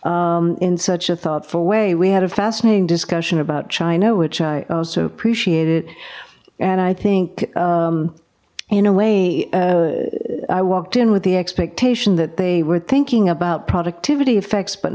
in such a thoughtful way we had a fascinating discussion about china which i also appreciated and i think in a way i walked in with the expectation that they were thinking about productivity effects but